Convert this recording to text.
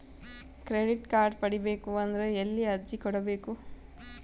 Credit card ಪಡಿಬೇಕು ಅಂದ್ರ ಎಲ್ಲಿ ಅರ್ಜಿ ಕೊಡಬೇಕು?